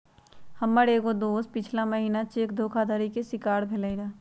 हमर एगो दोस पछिला महिन्ना चेक धोखाधड़ी के शिकार भेलइ र